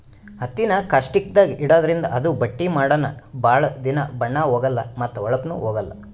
ಹತ್ತಿನಾ ಕಾಸ್ಟಿಕ್ದಾಗ್ ಇಡಾದ್ರಿಂದ ಅದು ಬಟ್ಟಿ ಮಾಡನ ಭಾಳ್ ದಿನಾ ಬಣ್ಣಾ ಹೋಗಲಾ ಮತ್ತ್ ಹೋಳಪ್ನು ಹೋಗಲ್